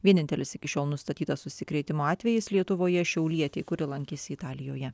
vienintelis iki šiol nustatytas užsikrėtimo atvejis lietuvoje šiaulietei kuri lankėsi italijoje